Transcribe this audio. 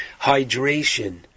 hydration